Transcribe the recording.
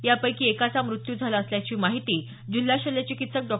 यापैकी एकाचा मृत्यू झाला असल्याची माहिती जिल्हा शल्यचिकित्सक डॉ